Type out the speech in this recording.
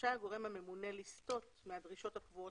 רשאי הגורם הממונה לסטות מהדרישות הקבועות